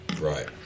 right